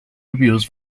reviews